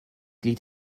lied